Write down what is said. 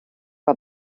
bei